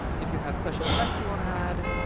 if you have special effects you want to add,